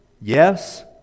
Yes